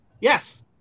Yes